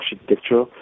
architecture